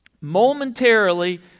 momentarily